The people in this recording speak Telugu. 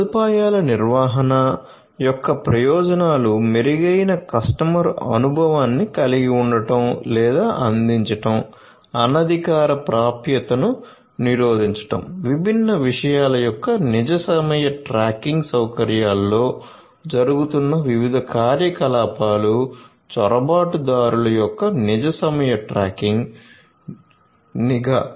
సదుపాయాల నిర్వహణ యొక్క ప్రయోజనాలు మెరుగైన కస్టమర్ అనుభవాన్ని కలిగి ఉండటం లేదా అందించడం అనధికార ప్రాప్యతను నిరోధించడం విభిన్న విషయాల యొక్క నిజ సమయ ట్రాకింగ్ సౌకర్యాలలో జరుగుతున్న వివిధ కార్యకలాపాలు చొరబాటుదారుల యొక్క నిజ సమయ ట్రాకింగ్ నిఘా